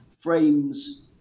frames